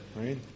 Right